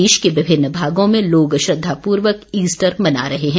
देश के विभिन्न भागों में लोग श्रद्दापूर्वक ईस्टर मना रहे हैं